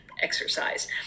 exercise